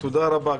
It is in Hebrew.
תודה רבה.